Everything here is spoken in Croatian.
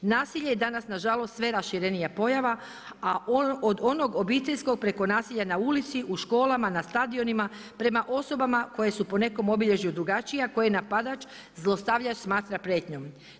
Nasilje je danas nažalost sve raširenija pojava a od onog obiteljskog preko nasilja na ulici, u školama, na stadionima, prema osobama koje su po nekom obilježju drugačije a koje napadač zlostavljač smatra prijetnjom.